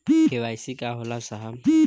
KYC का होला साहब?